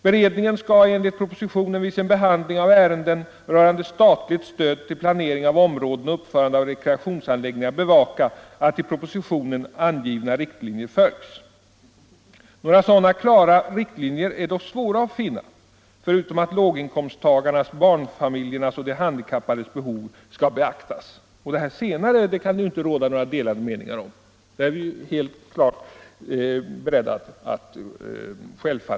Beredningen skall enligt propositionen vid sin behandling av ärenden rörande statligt stöd till planering av områden och uppförande av rekreationsanläggningar bevaka att i propositionen angivna riktlinjer följs. Några klara sådana riktlinjer är dock svåra att finna, förutom att låginkomsttagarnas, barnfamiljernas och de handikappades behov skall beaktas. Om dessa behov torde det inte heller råda några delade meningar. Vad gäller dessa är vi självfallet beredda att instämma.